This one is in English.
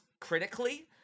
critically